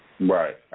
Right